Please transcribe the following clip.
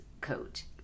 coach